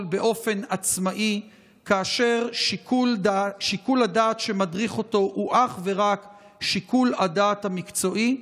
באופן עצמאי כאשר שיקול הדעת שמדריך אותו הוא אך ורק שיקול הדעת המקצועי.